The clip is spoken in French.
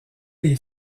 les